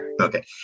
Okay